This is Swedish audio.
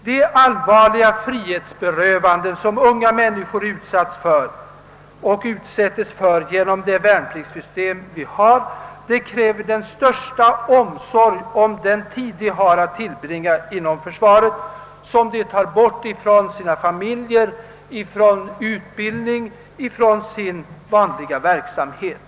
Det allvarliga frihetsberövande som unga människor utsätts för genom det värnpliktssystem vi har, kräver den största sparsamhet med den tid, de har att tillbringa inom försvaret och under vilken de går miste om familjeliv, sin utbildning och sin vanliga verksamhet.